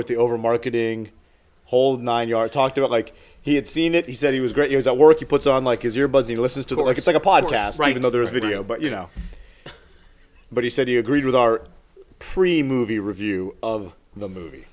with the over marketing whole nine yards talked about like he had seen it he said he was great years at work you put on like is your buddy listens to that like it's like a podcast right another video but you know but he said he agreed with our free movie review of the movie